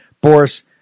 boris